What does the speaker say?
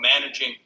managing